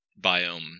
biome